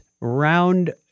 round